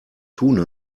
tun